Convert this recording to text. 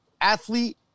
athlete